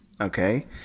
Okay